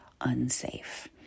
unsafe